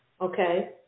okay